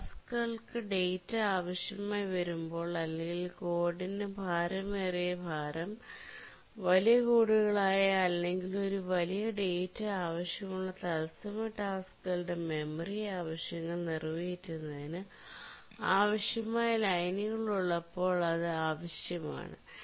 ടാസ്ക്കുകൾക്ക് വലിയ ഡാറ്റ ആവശ്യമായി വരുമ്പോൾ അല്ലെങ്കിൽ കോഡിന് ഭാരമേറിയ ഭാരം വലിയ കോഡുകളായ അല്ലെങ്കിൽ ഒരു വലിയ ഡാറ്റ ആവശ്യമുള്ള തത്സമയ ടാസ്ക്കുകളുടെ മെമ്മറി ആവശ്യങ്ങൾ നിറവേറ്റുന്നതിന് ആവശ്യമായ ലൈനുകൾ ഉള്ളപ്പോൾ അത് ആവശ്യമാണ്